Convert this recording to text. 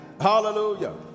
Hallelujah